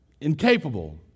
incapable